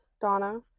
Donna